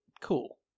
Cool